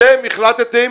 אתם החלטתם